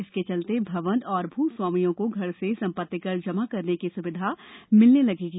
इसके चलते भवन और भू स्वामीयों को घर से संपत्तिकर जमा करने की सुविधा मिलने लगेगी